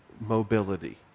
mobility